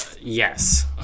Yes